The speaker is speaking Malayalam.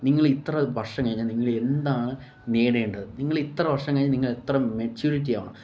നിങ്ങള് ഇത്ര വർഷം കഴിഞ്ഞ നിങ്ങള് എന്താണ് നേടേണ്ടത് നിങ്ങളിത്ര വർഷം കഴിഞ്ഞ നിങ്ങളെത്ര മെച്ചുരിറ്റി ആവണം